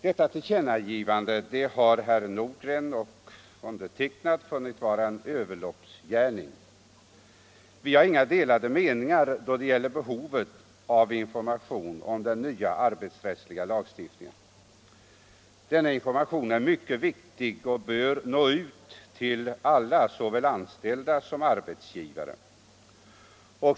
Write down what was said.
Detta tillkännagivande har herr Nordgren och jag funnit vara en överloppsgärning. Vi har inga delade meningar då det gäller behovet av information om den nya arbetsrättsliga lagstiftningen. Denna information är mycket viktig och bör nå ut till alla såväl anställda som arbetsgivare.